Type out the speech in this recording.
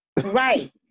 right